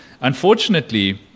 Unfortunately